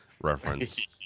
reference